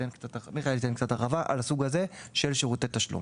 מיכאל ייתן קצת הרחבה על הסוג הזה של שירותי תשלום,